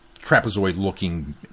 trapezoid-looking